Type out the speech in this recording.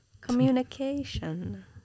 communication